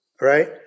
right